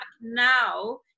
now